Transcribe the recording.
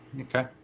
Okay